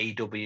AW